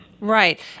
Right